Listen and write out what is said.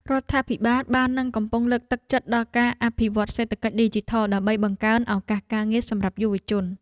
រដ្ឋាភិបាលបាននិងកំពុងលើកទឹកចិត្តដល់ការអភិវឌ្ឍសេដ្ឋកិច្ចឌីជីថល ដើម្បីបង្កើនឱកាសការងារសម្រាប់យុវជន។